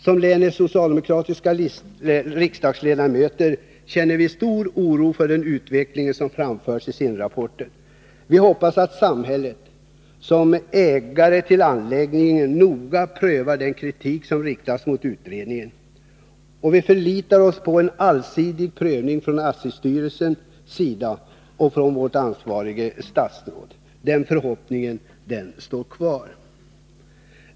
Som länets socialdemokratiska riksdagsledamöter känner vi stor oro för den utveckling som tonas fram i samband med SIND-rapporten. Vi hoppas att samhället — som ägare till anläggningen — noga prövar den kritik som riktas mot utredningen. Vi förlitar oss på en allsidig prövning från ASSI-styrelsens sida och från vårt ansvariga statsråd. Så långt ur mitt anförande den 27 oktober. Den förhoppningen står kvar.